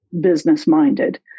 business-minded